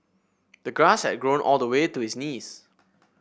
the grass had grown all the way to his knees